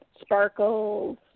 sparkles